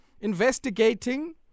investigating